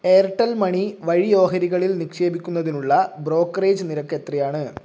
Airtel money വഴി ഓഹരികളിൽ നിക്ഷേപിക്കുന്നതിനുള്ള ബ്രോക്കറേജ് നിരക്കെത്രയാണ്